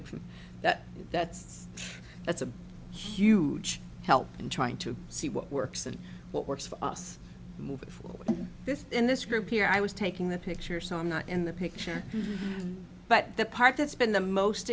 it from that that's true that's a huge help in trying to see what works and what works for us moving forward in this in this group here i was taking the picture so i'm not in the picture but the part that's been the most